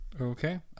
Okay